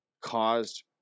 caused